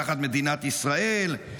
תחת מדינת ישראל,